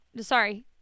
Sorry